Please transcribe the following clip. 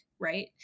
Right